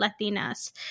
Latinas